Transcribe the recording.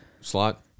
slot